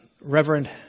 Reverend